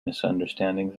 misunderstandings